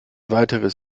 weiteres